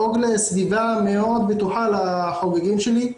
ולדאוג לסביבה מאוד בטוחה לחוגגים שלי,